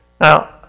Now